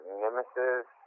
nemesis